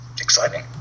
exciting